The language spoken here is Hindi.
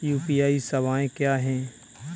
यू.पी.आई सवायें क्या हैं?